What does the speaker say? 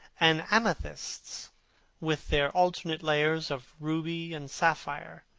and amethysts with their alternate layers of ruby and sapphire.